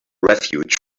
refuge